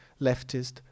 leftist